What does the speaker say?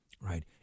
right